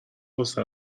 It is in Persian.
واست